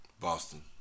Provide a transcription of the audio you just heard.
Boston